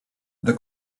the